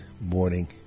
morning